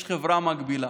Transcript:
יש חברה מגבילה,